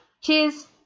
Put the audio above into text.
Cheers